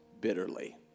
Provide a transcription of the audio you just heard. bitterly